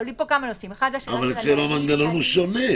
עולים פה כמה נושאים --- אבל אצלם המנגנון הוא שונה.